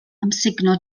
amsugno